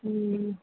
হুম